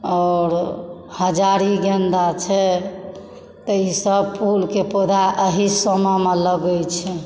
आओर हजारी गेंदा छै तऽ ईसभ फूलके पौधा एहि समयमे लगैत छै